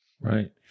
Right